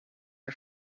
are